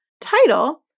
title